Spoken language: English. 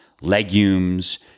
legumes